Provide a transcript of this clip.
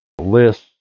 lists